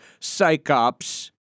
psychops